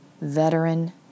veteran